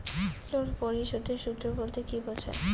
Loan পরিশোধের সূএ বলতে কি বোঝায়?